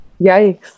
Yikes